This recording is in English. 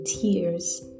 tears